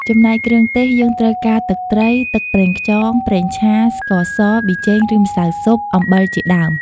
ចំណែកគ្រឿងទេស យើងត្រូវការ ទឹកត្រី ទឹកប្រេងខ្យង ប្រេងឆា ស្ករស ប៊ីចេងឬម្សៅស៊ុប អំបិលជាដើម។